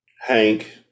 Hank